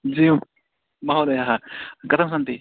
जी यु महोदय कथं सन्ति